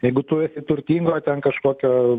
jeigu tu esi turtingo ten kažkokio